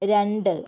രണ്ട്